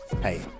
Hey